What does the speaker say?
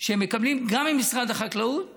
שמקבלים גם ממשרד החקלאות